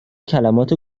کلمات